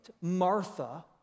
Martha